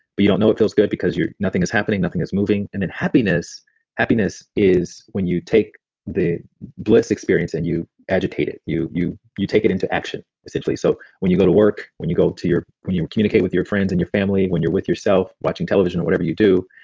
but you don't know it feels good because nothing is happening, nothing is moving. and and happiness happiness is when you take the bliss experience and you agitate it, you you take it into action essentially. so when you go to work, when you go to your. when you communicate with your friends and your family, when you're with yourself watching television or whatever you do,